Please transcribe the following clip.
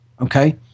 Okay